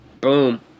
Boom